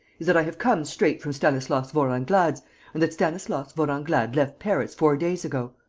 is that i have come straight from stanislas vorenglade's and that stanislas vorenglade left paris four days ago!